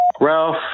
Ralph